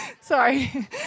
Sorry